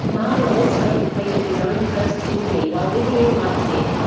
mahler also completed his own first symphony while living in leipzig.